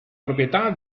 proprietà